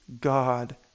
God